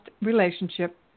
relationship